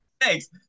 Thanks